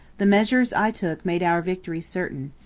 the measures i took made our victory certain.